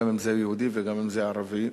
אם היהודי ואם הערבי,